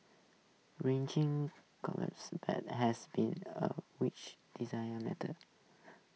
riching has been A rich desire matter